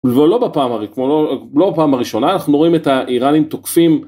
לא בפעם הראשונה אנחנו רואים את האיראנים תוקפים.